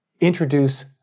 introduce